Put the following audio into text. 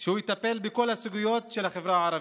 שהוא יטפל בכל הסוגיות של החברה הערבית.